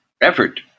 effort